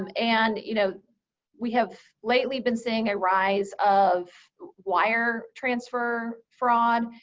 um and you know we have lately been seeing a rise of wire transfer fraud.